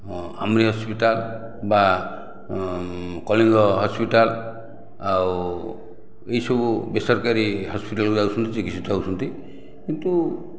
AMRI hospital ବା Kalinga hospital ଆଉ ଏଇ ସବୁ ବେସରକାରୀ ହସ୍ପିଟାଲ ଯାଉଛନ୍ତି ଚିକିତ୍ସିତ ହେଉଛନ୍ତି କିନ୍ତୁ